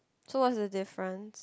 so what's the difference